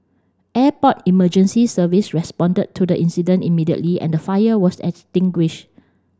Airport Emergency Service responded to the incident immediately and the fire was extinguish